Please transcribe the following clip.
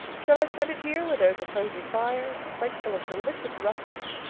shall i spend it here where there is a cosy fire, a plateful of delicious russets,